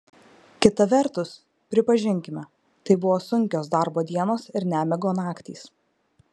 kita vertus pripažinkime tai buvo sunkios darbo dienos ir nemigo naktys